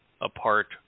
apart